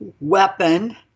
weapon